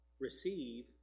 receive